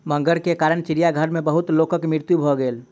मगर के कारण चिड़ियाघर में बहुत लोकक मृत्यु भ गेल